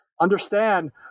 understand